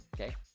okay